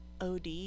od